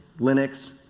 linux,